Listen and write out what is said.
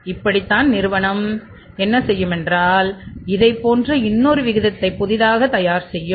இப்படித்தான் நிறுவனம் என்ன செய்யும் என்றால் இதை போன்ற இன்னுமொரு விகிதத்தை புதியதாக தயார் செய்யும்